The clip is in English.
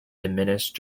diminished